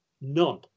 none